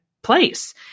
place